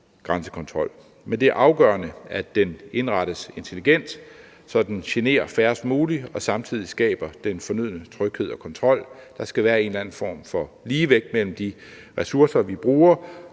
grænsekontrol. Men det er afgørende, at den indrettes intelligent, så den generer færrest mulige og samtidig skaber den fornødne tryghed og kontrol. Der skal være en eller anden form for ligevægt mellem de ressourcer, vi bruger,